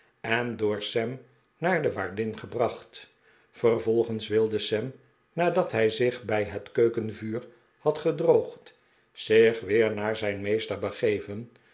en door sam naar de waardin gebracht vervolgens wilde sam nadat hij zich bij het keukenvuur had gedroogd zich weer naar zijn meester begeven